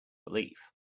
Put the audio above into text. belief